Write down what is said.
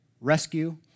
rescue